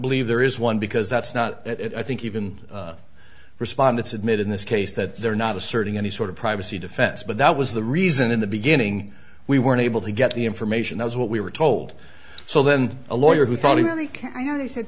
believe there is one because that's not that i think even respondents admit in this case that they're not asserting any sort of privacy defense but that was the reason in the beginning we weren't able to get the information as what we were told so then a lawyer who thought he